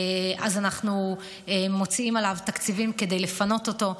אנחנו מוציאים עליו תקציבים כדי לפנות אותו.